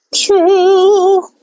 True